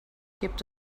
gibt